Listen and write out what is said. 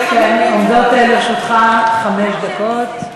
עומדות לרשותך חמש דקות.